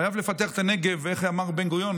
חייב לפתח את הנגב, ואיך אמר בן-גוריון?